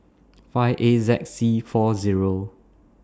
five A Z C four Zero